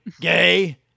gay